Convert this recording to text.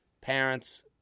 parents